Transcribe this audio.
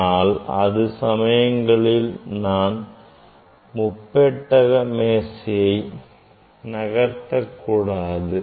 ஆனால் அது சமயங்களில் நாம் முப்பெட்டகம் மேசையை நகர்த்த கூடாது